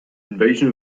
invasion